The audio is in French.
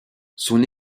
son